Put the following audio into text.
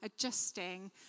adjusting